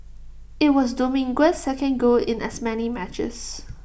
IT was Dominguez's second goal in as many matches